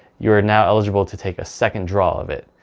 you're now eligible to take a second draw of it.